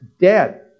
dead